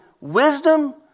wisdom